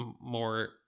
more